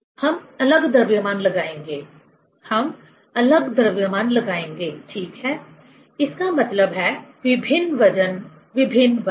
हम अलग द्रव्यमान लगाएंगे हम अलग द्रव्यमान लगाएंगे ठीक है इसका मतलब है विभिन्न वजन विभिन्न बल